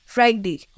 Friday